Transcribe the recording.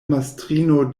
mastrino